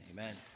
Amen